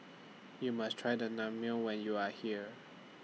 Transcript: YOU must Try The Naengmyeon when YOU Are here